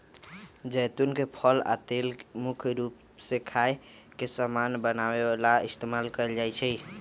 जैतुन के फल आ तेल मुख्य रूप से खाए के समान बनावे ला इस्तेमाल कएल जाई छई